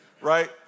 right